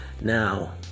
Now